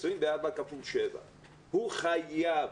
24 כפול 7. הוא חייב